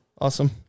Awesome